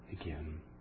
again